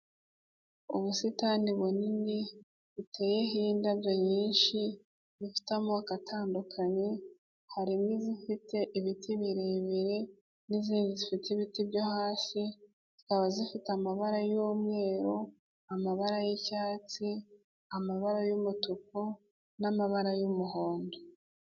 Ubusitani bunini buteyeho indabyo nyinshi zifite amoko atandukanye, harimo izifite ibiti birebire n'izindi zifite ibiti byo hasi, zikaba zifite amabara y'umweru, amabara y'icyatsi, amabara y'umutuku n'amabara y'umuhondo.